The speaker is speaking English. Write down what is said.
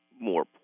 more